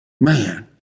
Man